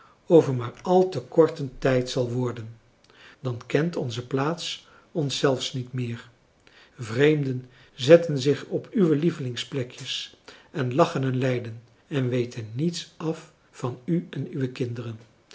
over maar al te korten tijd zal worden dan kent onze plaats ons zelfs niet meer vreemden zetten zich op uwe lievelingsplekjes en lachen en lijden en weten niets af van u en uwe kinderen